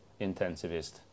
intensivist